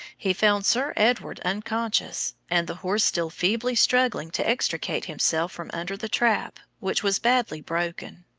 he found sir edward unconscious, and the horse still feebly struggling to extricate himself from under the trap, which was badly broken.